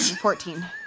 Fourteen